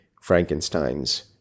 Frankenstein's